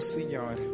Senhor